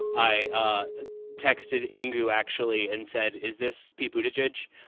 i ah texted enga actually, and said, is this people to judge?